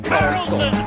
Carlson